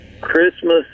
Christmas